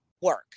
work